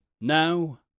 Now